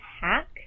hack